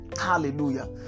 Hallelujah